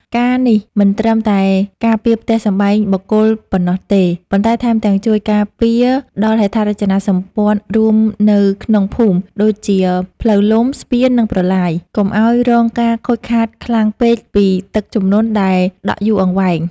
ការណ៍នេះមិនត្រឹមតែការពារផ្ទះសម្បែងបុគ្គលប៉ុណ្ណោះទេ ប៉ុន្តែថែមទាំងជួយការពារដល់ហេដ្ឋារចនាសម្ព័ន្ធរួមនៅក្នុងភូមិ ដូចជាផ្លូវលំ ស្ពាន និងប្រឡាយ កុំឱ្យរងការខូចខាតខ្លាំងពេកពីទឹកជំនន់ដែលដក់យូរអង្វែង។